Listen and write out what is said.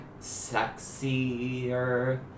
sexier